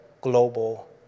global